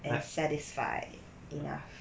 and satisfied 赢 ah